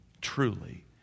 truly